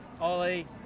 Ollie